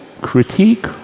critique